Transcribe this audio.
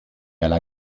alla